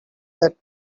that